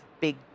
big